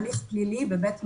הליך פלילי בבית משפט,